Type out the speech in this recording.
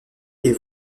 est